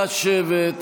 נא לשבת, תודה.